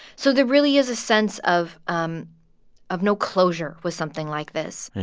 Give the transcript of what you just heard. so there really is a sense of um of no closure with something like this yeah.